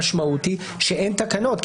המשמעות היא שאין תקנות,